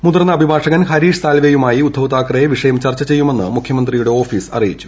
മുതിർന്ന അഭിഭാഷകൻ ഹരീഷ് സാൽവെയുമായി ഉദ്ധവ് താക്കറെ വിഷയം ചർച്ച ചെയ്യുമെന്ന് മുഖ്യമന്ത്രിയുടെ ഓഫീസ് അറിയിച്ചു